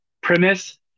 premise